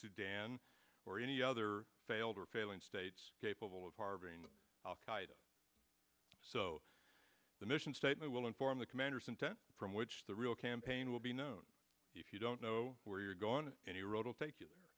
sudan or any other failed or failing states capable of harboring al qaeda so the mission statement will inform the commander's intent from which the real campaign will be known if you don't know where you're gone any road will take